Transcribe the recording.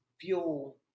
fuel